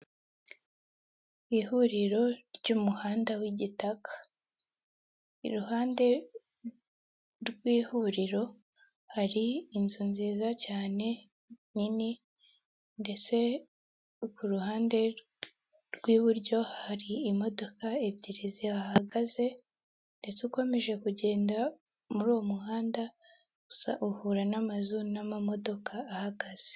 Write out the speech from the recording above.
Ihuriro ry'umuhanda w'igitaka iruhande rw'ihuriro hari inzu nziza cyane nini ndetse ku ruhande rw'iburyo hari imodoka ebyiri zihahagaze ndetse ukomeje kugenda muri uwo muhanda usa uhura n'amazu n'amamodoka ahagaze.